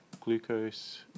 glucose